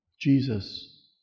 Jesus